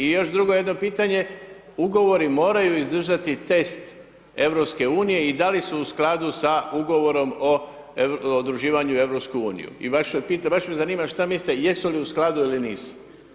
I još drugo jedno pitanje, ugovori moraju izdržati test EU-a i da li su u skladu sa ugovorom o udruživanju u EU-u i baš me zanima šta mislite, jesu li u skladu ili nisu.